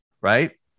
right